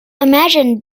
imagine